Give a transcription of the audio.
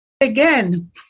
again